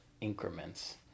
increments